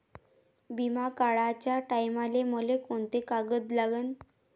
बिमा काढाचे टायमाले मले कोंते कागद लागन?